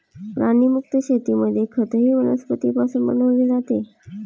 प्राणीमुक्त शेतीमध्ये खतही वनस्पतींपासून बनवले जाते